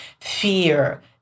fear